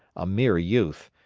a mere youth,